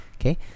Okay